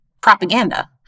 propaganda